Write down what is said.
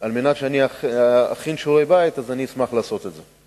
על מנת שאכין שיעורי בית, אשמח לעשות את זה.